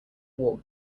walk